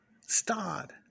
Start